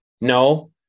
no